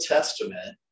Testament